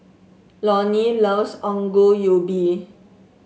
Loni loves Ongol Ubi